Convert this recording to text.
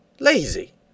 Lazy